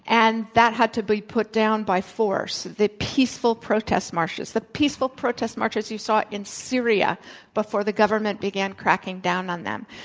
and that had to be put down by force the peaceful protest marches. the peaceful protest marches you saw in syria before the government began cracking down on them.